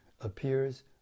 appears